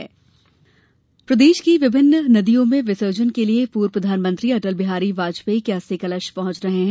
अस्थि कलश प्रदेश की विभिन्न नदियों में विसर्जन के लिए पूर्व प्रधानमंत्री अटल बिहारी वाजपेयी के अस्थि कलश पहुंच रहे है